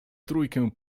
trójkę